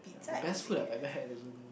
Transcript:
ya the best food I ever had is when